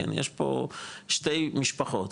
יש פה שתי משפחות,